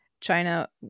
China